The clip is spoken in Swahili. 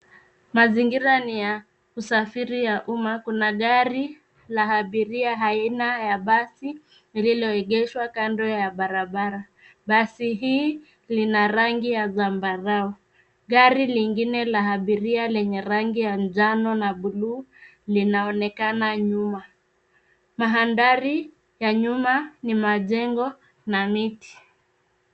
Mazingira ni ya usafiri ya umma. Kuna gari la abiria, aina ya basi, lililoegeshwa kando ya barabara. Basi hii, lina rangi ya zambarau. Gari lingine la abiria lenye rangi ya njano na bluu, linaonekana nyuma. Mandhari ya nyuma, ni majengo na miti.